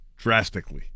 Drastically